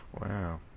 Wow